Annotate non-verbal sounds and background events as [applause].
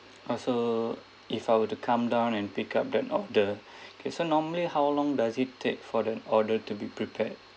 also if I were to come down and pick up the order [breath] okay so normally how long does it take for the order to be prepared